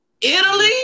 Italy